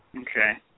Okay